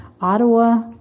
Ottawa